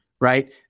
right